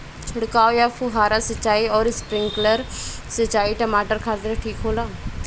छिड़काव या फुहारा सिंचाई आउर स्प्रिंकलर सिंचाई टमाटर खातिर ठीक होला?